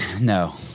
no